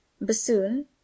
Bassoon